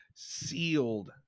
sealed